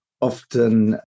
often